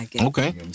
Okay